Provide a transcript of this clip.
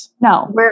No